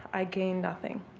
i gain nothing.